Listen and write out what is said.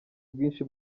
bwinshi